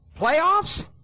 playoffs